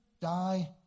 die